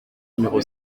numéro